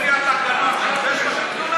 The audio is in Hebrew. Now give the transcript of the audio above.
אני עובד לפי התקנון, גם על זה יש לך תלונה?